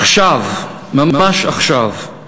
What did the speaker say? עכשיו, ממש עכשיו,